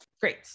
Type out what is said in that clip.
great